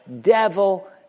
devil